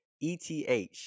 ETH